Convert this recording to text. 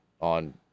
on